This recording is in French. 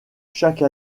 chaque